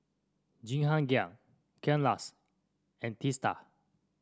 Jehangirr Kailash and Teesta